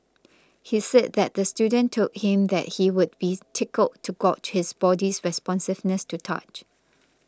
he said that the student told him that he would be tickled to gauge his body's responsiveness to touch